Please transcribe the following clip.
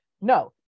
no